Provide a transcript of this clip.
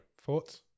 Thoughts